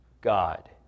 God